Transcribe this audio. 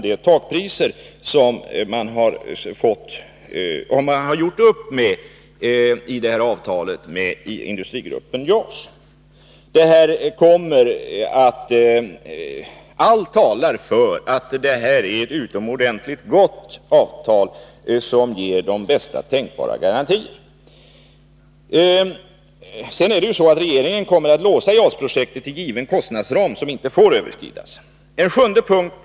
Beträffande avtalet med industrigruppen JAS vill jag säga att allt talar för att detta är ett utomordentligt gott avtal, som ger bästa tänkbara garantier. Regeringen kommer dessutom att låsa JAS-projektet till given kostnadsram, som inte får överskridas.